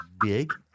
big